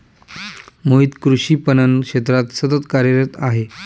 मोहित कृषी पणन क्षेत्रात सतत कार्यरत आहे